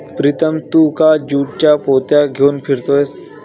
प्रीतम तू का ज्यूटच्या पोत्या घेऊन फिरतोयस